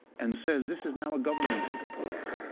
and says this is now a government enterprise,